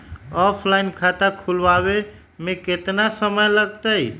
Offline खाता खुलबाबे में केतना समय लगतई?